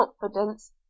confidence